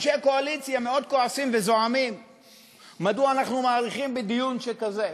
אנשי הקואליציה מאוד כועסים וזועמים מדוע אנחנו מאריכים בדיון שכזה.